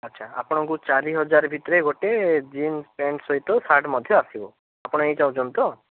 ଆଚ୍ଛା ଆପଣଙ୍କୁ ଚାରି ହଜାର ଭିତରେ ଗୋଟେ ଜିନ୍ସ୍ ପ୍ୟାଣ୍ଟ ସହିତ ସାର୍ଟ୍ ମଧ୍ୟ ଆସିବ ଆପଣ ଏଇ ଚାହୁଁଛନ୍ତି ତ